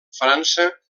frança